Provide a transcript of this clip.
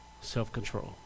Self-control